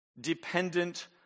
dependent